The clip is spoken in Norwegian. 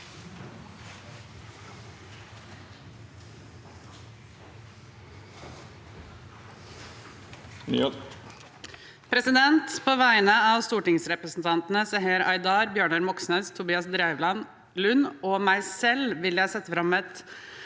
På vegne av stor- tingsrepresentantene Seher Aydar, Bjørnar Moxnes, Tobias Drevland Lund og meg selv vil jeg sette fram et